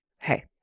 Hey